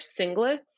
singlets